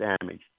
damage